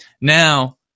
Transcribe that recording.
Now